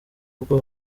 ubwo